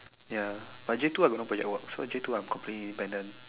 ya but J two I got no project work so J two I'm completely independent